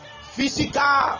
physical